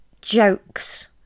jokes